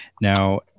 Now